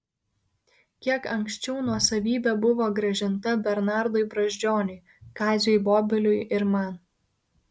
kiek anksčiau nuosavybė buvo grąžinta bernardui brazdžioniui kaziui bobeliui ir man